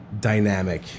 dynamic